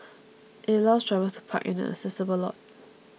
it allows drivers to park in an accessible lot